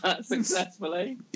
Successfully